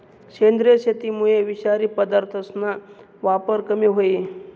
सेंद्रिय शेतीमुये विषारी पदार्थसना वापर कमी व्हयी